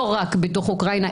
לא רק בתוך אוקראינה,